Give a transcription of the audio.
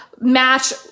match